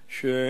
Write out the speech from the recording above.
ברכה,